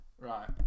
Right